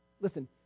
Listen